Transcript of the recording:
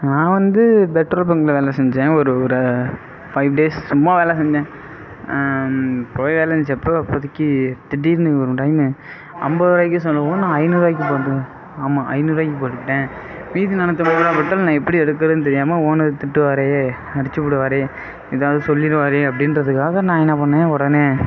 நான் வந்து பெட்ரோல் பங்க்கில் வேலை செஞ்சேன் ஒரு ஒரு ஃபைவ் டேஸ் சும்மா வேலை செஞ்சேன் போய் வேலை செஞ்சப்போ அப்போதைக்கு திடீர்னு ஒரு டைமு ஐம்பது ரூவாய்க்கு சொல்லவும் நான் ஐநூறுவாய்க்கு போட்டேன் ஆமா ஐநூறுவாய்க்கு போட்டுப்புட்டேன் மீதி நானூற்றைம்பது ரூபா பெட்ரோல் நான் எப்படி எடுக்கிறதுன்னு தெரியாமல் ஓனர் திட்டுவாரே அடிச்சுப்புடுவாரே ஏதாவது சொல்லிடுவாரே அப்டீன்றதுக்காக நான் என்ன பண்ணேன் உடனே